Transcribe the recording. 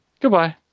goodbye